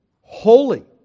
holy